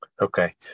Okay